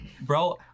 bro